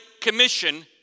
commission